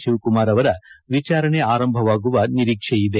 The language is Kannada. ಶಿವಕುಮಾರ್ ಅವರ ವಿಚಾರಣೆ ಆರಂಭವಾಗುವ ನೀರೀಕ್ಷೆಯಿದೆ